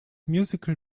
musical